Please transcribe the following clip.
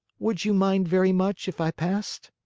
would you mind very much if i passed?